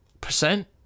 percent